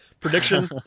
prediction